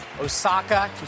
Osaka